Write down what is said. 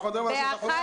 אנחנו מדברים על השחרור,